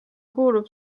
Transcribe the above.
kuulub